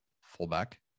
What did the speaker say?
fullback